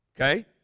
Okay